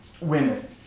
women